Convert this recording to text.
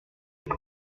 nous